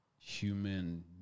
human